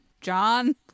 John